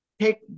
take